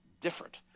different